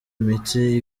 imitsi